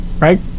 right